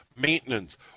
Maintenance